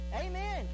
Amen